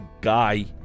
guy